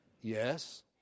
Yes